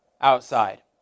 outside